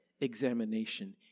examination